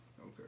Okay